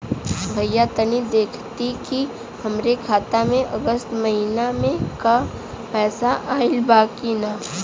भईया तनि देखती की हमरे खाता मे अगस्त महीना में क पैसा आईल बा की ना?